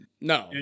No